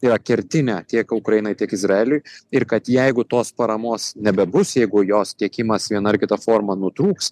yra kertinė tiek ukrainai tiek izraeliui ir kad jeigu tos paramos nebebus jeigu jos tiekimas viena ar kita forma nutrūks